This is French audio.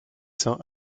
cents